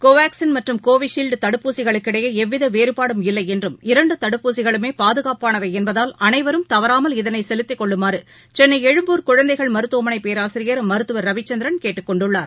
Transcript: கோவாக்சின் மற்றும் கோவிஷீல்டு தடுப்பூசிகளுக்கிடையே எவ்வித வேறுபாடும் இல்லை என்றும் இரண்டு தடுப்பூசிகளுமே பாதுகாப்பானவை என்பதால் அளைவரும் தவறாமல் இதளை செலுத்திக் கொள்ளுமாறு சென்னை எழும்பூர் குழந்தைகள் மருத்துவமனை பேராசிரியர் மருத்துவர் ரவிச்சந்திரன் கேட்டுக்கொண்டுள்ளார்